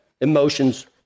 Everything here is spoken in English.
emotions